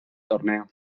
torneo